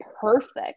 perfect